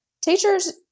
Teachers